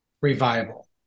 revival